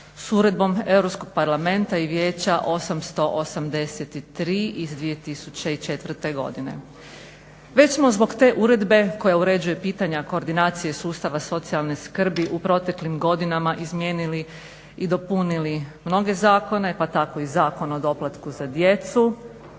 parlamenta i vijeća 883 iz 2004. godine. Već smo zbog te uredbe koja uređuje pitanja koordinacije sustava socijalne skrbi u proteklim godinama izmijenili i dopunili mnoge zakone pa tako i Zakon o doplatku za djecu,